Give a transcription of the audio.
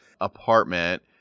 apartment